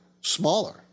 smaller